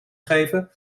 geven